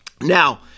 Now